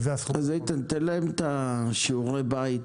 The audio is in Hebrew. תן להם את שיעורי הבית,